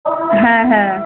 হ্যাঁ হ্যাঁ